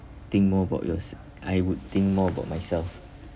think more about yourse~ I would think more about myself